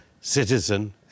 citizen